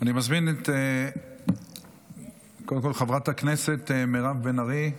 אני מזמין קודם כול את חברת הכנסת מירב בן ארי,